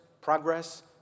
progress